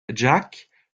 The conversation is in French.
jack